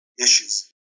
issues